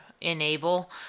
enable